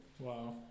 Wow